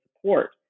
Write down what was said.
support